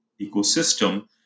ecosystem